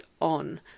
on